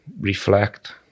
reflect